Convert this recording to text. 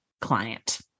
client